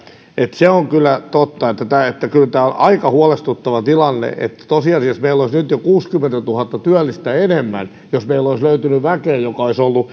se on kyllä totta että kyllä tämä on aika huolestuttava tilanne että tosiasiassa meillä olisi nyt jo kuusikymmentätuhatta työllistä enemmän jos meillä olisi löytynyt väkeä joka olisi